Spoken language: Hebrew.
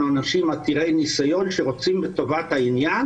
אנחנו אנשים עתירי ניסיון שרוצים בטובת העניין